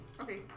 Okay